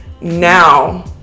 now